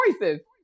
choices